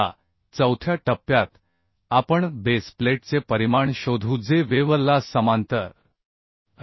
आता चौथ्या टप्प्यात आपण बेस प्लेटचे परिमाण शोधू जे वेव्ह ला समांतर आहे